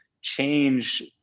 change